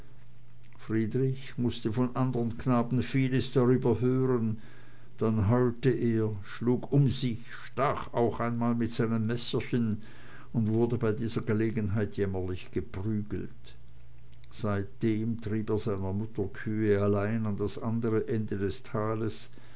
friedrich mußte von andern knaben vieles darüber hören dann heulte er schlug um sich stach auch einmal mit seinem messerchen und wurde bei dieser gelegenheit jämmerlich geprügelt seitdem trieb er seiner mutter kühe allein an das andere ende des tales